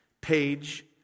Page